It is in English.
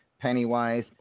Pennywise